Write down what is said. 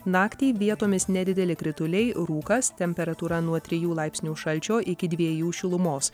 naktį vietomis nedideli krituliai rūkas temperatūra nuo trijų laipsnių šalčio iki dviejų šilumos